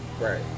Right